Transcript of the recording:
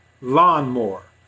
lawnmower